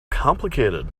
complicated